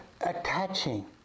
attaching